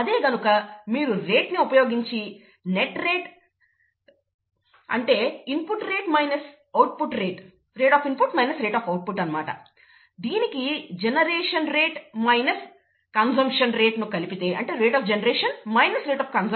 అదే గనుక మీరు రేట్ ని ఉపయోగించి నెట్ రేట్ అంటే input rate minus output rate దీనికి generation rate minus consumption rate ను కలిపితే 15